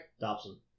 Dobson